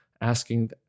asking